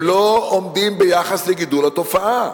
הם לא עומדים ביחס לגידול התופעה,